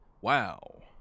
Wow